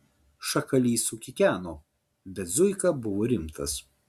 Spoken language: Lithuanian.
šakalys sukikeno bet zuika buvo rimtas